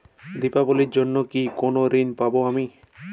দীপাবলির জন্য কি কোনো ঋণ পাবো আমি?